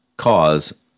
Cause